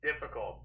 Difficult